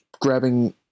grabbing